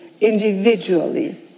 individually